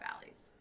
valleys